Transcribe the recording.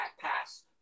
pass